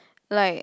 like